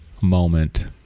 moment